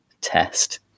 test